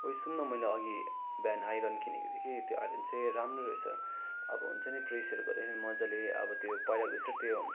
ओइ सुन्न मैले अघि बिहान आइरन किनेको थिएँ कि त्यो आइरन चाहिँ राम्रो रहेछ अब हुन्छ नि प्रेसहरू गर्दा मजाले अब त्यो पहिलाको जस्तो त्यो